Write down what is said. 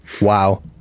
Wow